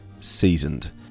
Seasoned